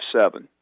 seven